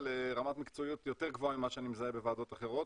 לרמת מקצועיות יותר גבוהה ממה שאני מזהה בוועדות אחרות